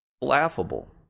Laughable